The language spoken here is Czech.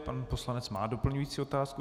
Pan poslanec má doplňující otázku.